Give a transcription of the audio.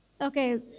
Okay